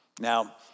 Now